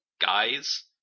Guys